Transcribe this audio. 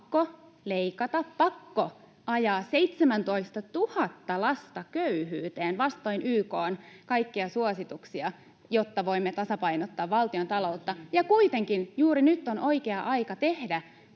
pakko leikata, pakko ajaa 17 000 lasta köyhyyteen vastoin YK:n kaikkia suosituksia, jotta voimme tasapainottaa valtiontaloutta. [Juho Eerola: Miten se liittyy